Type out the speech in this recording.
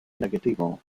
negativo